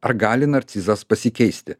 ar gali narcizas pasikeisti